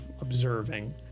observing